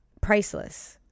priceless